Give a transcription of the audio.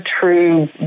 true